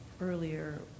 earlier